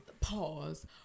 Pause